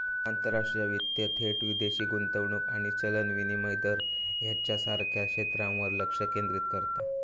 आंतरराष्ट्रीय वित्त थेट विदेशी गुंतवणूक आणि चलन विनिमय दर ह्येच्यासारख्या क्षेत्रांवर लक्ष केंद्रित करता